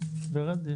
אין לי